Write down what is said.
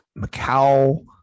Macau